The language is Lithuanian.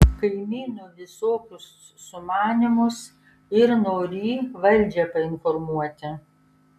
kaimynų visokius sumanymus ir norį valdžią painformuoti